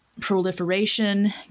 proliferation